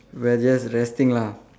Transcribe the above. we're just resting lah